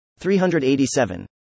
387